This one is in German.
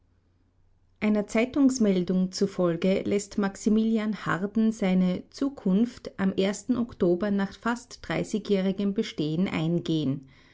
einer zeitungsmeldung zufolge läßt maximilian harden seine zukunft am oktober nach fast dreißigjährigem bestehen eingehen